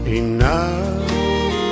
enough